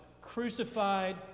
crucified